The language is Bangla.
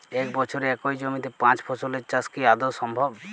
এক বছরে একই জমিতে পাঁচ ফসলের চাষ কি আদৌ সম্ভব?